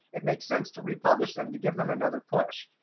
it makes sense to republish them to give them another push.